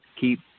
keep